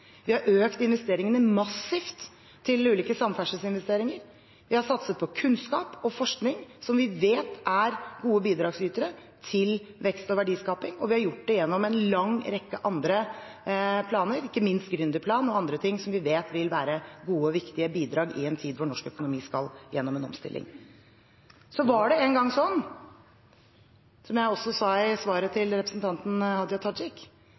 Vi har økt investeringene massivt til ulike samferdselsinvesteringer. Vi har satset på kunnskap og forskning som vi vet er gode bidragsytere til vekst og verdiskaping, og vi har gjort det gjennom en lang rekke andre planer, ikke minst gründerplanen og andre ting som vi vet vil være gode og viktige bidrag i en tid hvor norsk økonomi skal gjennom en omstilling. En gang var det sånn, som jeg også sa i svaret til representanten Hadia Tajik,